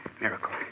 Miracle